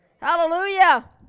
Hallelujah